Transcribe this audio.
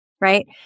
right